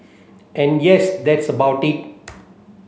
and yes that's about it